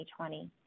2020